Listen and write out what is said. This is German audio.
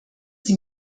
sie